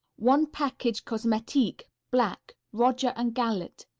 one package cosmetique, black. roger and gallet.